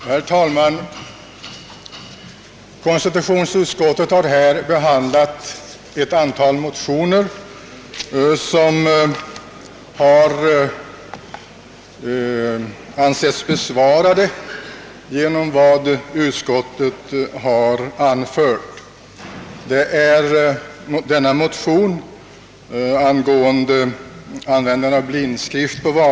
Herr talman! I sina utlåtanden nr 36 t.o.m. 39 har konstitutionsutskottet behandlat ett antal motioner, vilka utskottet i sina klämmar har hemställt måtte anses besvarade med vad utskottet anfört.